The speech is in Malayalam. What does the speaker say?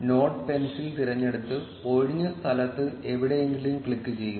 നോഡ് പെൻസിൽ തിരഞ്ഞെടുത്ത് ഒഴിഞ്ഞ സ്ഥലത്ത് എവിടെയെങ്കിലും ക്ലിക്കുചെയ്യുക